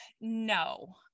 no